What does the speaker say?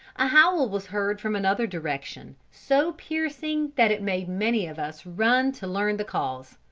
a howl was heard from another direction, so piercing that it made many of us run to learn the cause.